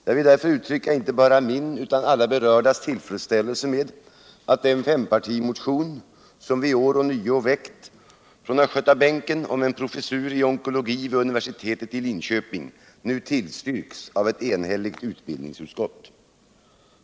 Jag vill därför uttrycka inte bara min utan alla berördas tillfredsställelse med att den fempartimotion som vi i år ånyo har väckt från Östgötabänken om en professur i onkologi vid universitetet i Linköping nu tillstyrks av ett enigt utbildningsutskott.